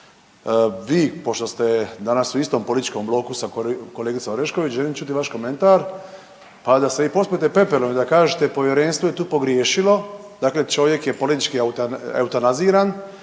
Vi pošto ste danas u istom političkom bloku sa kolegicom Orešković želim ćuti vaš komentar pa da se i pospete pepelom i kažete povjerenstvo je tu pogriješilo. Dakle, čovjek je politički eutanaziran,